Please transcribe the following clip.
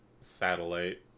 satellite